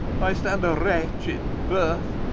i stand a wretch, in birth,